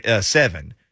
seven